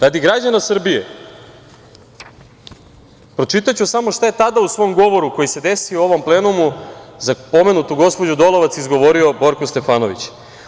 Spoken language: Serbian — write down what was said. Radi građana Srbije pročitaću samo šta je tada u svom govoru, koji se desio u ovom plenumu, za pomenutu gospođu Dolovac izgovorio Borko Stefanović.